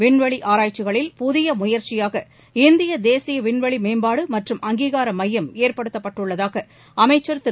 விண்வெளி ஆராய்ச்சிகளில் புதிய முயற்சியாக இந்திய தேசிய விண்வெளி மேம்பாடு மற்றும் அங்கீகார மையம் ஏற்படுத்தப்பட்டுள்ளதாக அமைச்சர் திரு